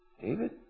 David